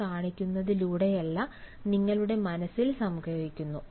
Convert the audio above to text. അവ കാണിക്കുന്നതിലൂടെയല്ല നിങ്ങളുടെ മനസ്സിൽ സംഗ്രഹിക്കുന്നു